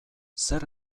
zer